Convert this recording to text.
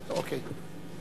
אוקיי.